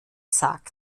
sagt